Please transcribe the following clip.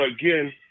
again